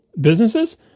businesses